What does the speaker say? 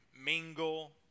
mingle